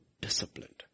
disciplined